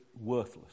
worthless